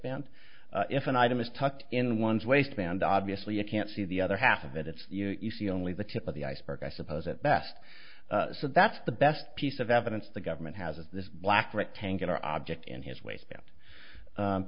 band if an item is tucked in one's waistband obviously you can't see the other half of it it's you you see only the tip of the iceberg i suppose at best so that's the best piece of evidence the government has of this black rectangular object in his waist